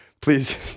Please